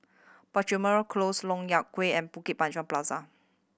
Penjuru Close Lok Yang Way and Bukit Panjang Plaza